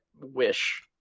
wish